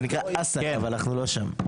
זה נקרא אס"ק, אבל אנחנו לא שם.